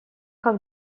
как